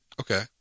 Okay